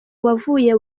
wavuye